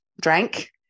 drank